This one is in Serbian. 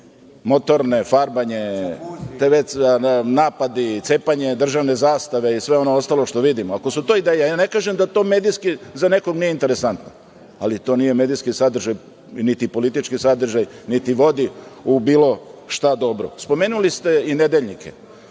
motorne, farbanje, napadi, cepanje državne zastave i sve ono ostalo što vidimo, ako su to ideje, ne kažem da to medijski za nekog nije interesantno, ali to nije medijski sadržaj, niti politički sadržaj, niti vodi u bilo šta dobro. Spomenuli ste i nedeljnike.